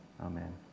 Amen